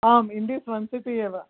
आम् Indi city एव